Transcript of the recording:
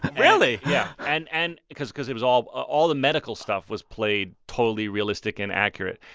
really? yeah. and and because because it was all all the medical stuff was played totally realistic and accurate.